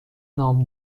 نام